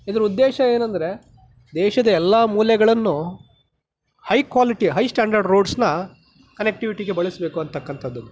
ಇದರ ಉದ್ದೇಶ ಏನೆಂದ್ರೆ ದೇಶದ ಎಲ್ಲ ಮೂಲೆಗಳನ್ನು ಹೈ ಕ್ವಾಲಿಟಿ ಹೈ ಸ್ಟ್ಯಾಂಡರ್ಡ್ ರೋಡ್ಸ್ನ ಕನೆಕ್ಟಿವಿಟಿಗೆ ಬಳಸಬೇಕು ಅಂಥಕ್ಕಂಥದ್ದು